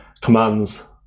commands